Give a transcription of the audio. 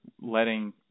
letting